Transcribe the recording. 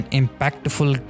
impactful